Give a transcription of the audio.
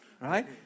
right